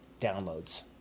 downloads